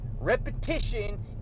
repetition